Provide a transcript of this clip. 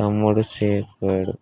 తమ్ముడూ సెప్పేడు